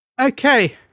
okay